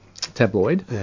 tabloid